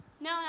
No